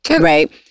right